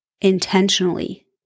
intentionally